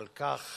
על כך